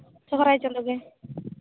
ᱥᱚᱦᱚᱨᱟᱭ ᱪᱟᱸᱫᱳ ᱜᱮ